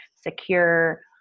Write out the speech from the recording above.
secure